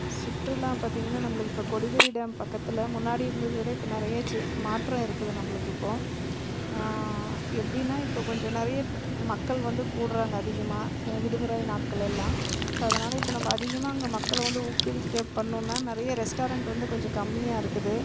சுற்றுலா பார்த்திங்கன்னா நம்மளுக்கு இப்போ கொடிவேரி டேம் பக்கத்தில் முன்னாடி இருந்தது விட இப்போ நிறையா சே மாற்றம் இருக்குது நம்மளுக்கு இப்போ எப்படின்னா இப்போ கொஞ்சம் நிறைய மக்கள் வந்து கூடுகிறாங்க அதிகமாக விடுமுறை நாட்களெல்லாம் ஸோ அதனால் இப்போ நம்ம அதிகமாக அங்கே மக்களை வந்து ஊக்குவிக்க பண்ணுன்னா நிறைய ரெஸ்டாரண்ட் வந்து கொஞ்சம் கம்மியாருக்குது